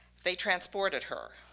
they transported her.